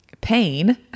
pain